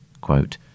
Quote